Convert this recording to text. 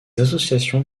associations